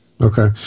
Okay